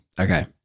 Okay